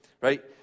right